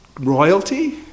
royalty